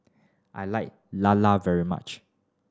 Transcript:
I like lala very much